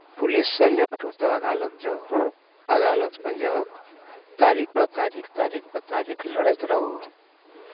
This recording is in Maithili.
पुलिससँ निपटू तऽ अदालत जाउ अदालतमे जाउ तारीखपर तारीख तारीखपर तारीख लड़ैत रहू